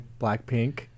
Blackpink